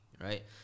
Right